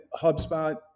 HubSpot